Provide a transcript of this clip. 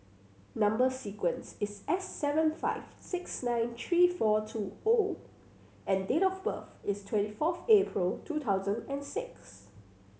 number sequence is S seven five six nine three four two O and date of birth is twenty fourth April two thousand and six